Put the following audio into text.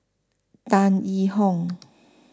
Tan Yee Hong